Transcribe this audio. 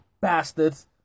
bastards